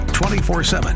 24-7